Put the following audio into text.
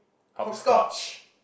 horoscope